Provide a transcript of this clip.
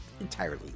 entirely